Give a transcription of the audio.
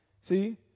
See